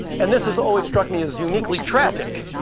and this has always struck me as uniquely tragic,